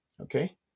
Okay